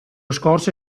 scorse